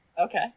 Okay